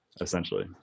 essentially